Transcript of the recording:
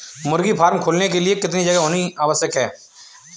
मुर्गी फार्म खोलने के लिए कितनी जगह होनी आवश्यक है?